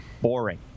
boring